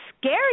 scary